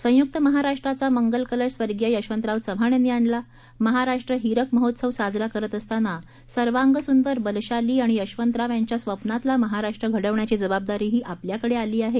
संयुक्त महाराष्ट्राचा मंगल कलश स्वर्गीय यशवंतराव चव्हाण यांनी आणला महाराष्ट्र हिरक महोत्सव साजरा करत असताना सर्वांगसूंदर बलशाली आणि यशवंतराव यांच्या स्वप्नातला महाराष्ट्र घडवण्याची जबाबदारीही आपल्याकडे आली आहे